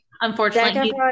Unfortunately